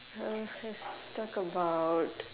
let's talk about